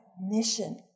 mission